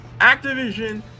Activision